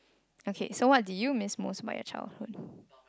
okay so what do you miss most about your childhood